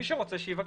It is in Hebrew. מי שרוצה, שיבקש.